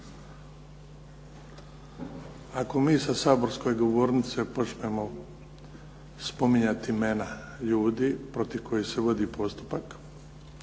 ako mi sa saborske govornice počnemo spominjati imena ljudi protiv kojih se vodi postupak